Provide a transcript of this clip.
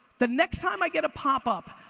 the next time i get a popup,